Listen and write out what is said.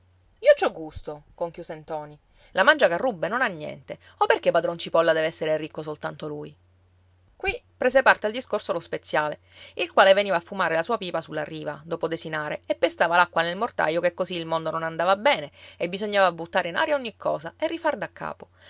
ci ho gusto conchiuse ntoni la mangiacarrubbe non ha niente o perché padron cipolla deve essere ricco soltanto lui qui prese parte al discorso lo speziale il quale veniva a fumare la sua pipa sulla riva dopo desinare e pestava l'acqua nel mortaio che così il mondo non andava bene e bisognava buttare in aria ogni cosa e rifar da capo